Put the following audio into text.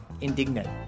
indignant